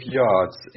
yards